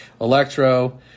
Electro